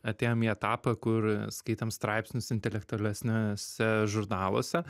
atėjom į etapą kur skaitėm straipsnius intelektualesniuose žurnaluose